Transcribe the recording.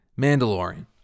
mandalorian